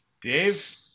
Dave